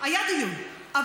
איך ארגון חמאס,